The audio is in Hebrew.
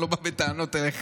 אני לא בא בטענות אליך,